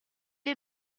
est